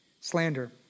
slander